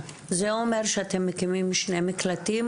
זה אומר שאתם מקימים שני מקלטים,